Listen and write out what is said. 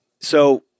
So-